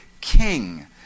king